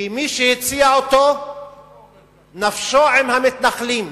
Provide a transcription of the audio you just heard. כי מי שהציע אותו נפשו עם המתנחלים.